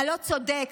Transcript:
הלא-צודק,